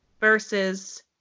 versus